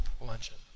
luncheon